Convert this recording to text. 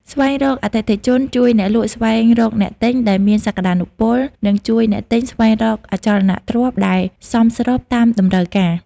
ស្វែងរកអតិថិជន ជួយអ្នកលក់ស្វែងរកអ្នកទិញដែលមានសក្តានុពល និងជួយអ្នកទិញស្វែងរកអចលនទ្រព្យដែលសមស្របតាមតម្រូវការ។